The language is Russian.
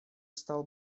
стал